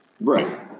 Right